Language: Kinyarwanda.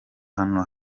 hano